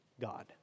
God